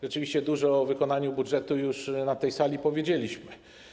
Rzeczywiście dużo o realizacji budżetu już na tej sali powiedzieliśmy.